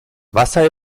wasser